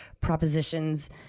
propositions